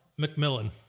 McMillan